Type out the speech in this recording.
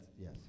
yes